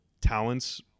talents